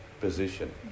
position